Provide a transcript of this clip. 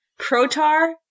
Protar